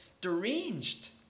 deranged